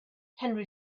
henry